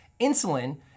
Insulin